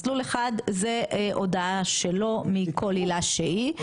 מסלול אחד זה הודעה שלו מכל עילה שהיא,